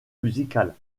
musicale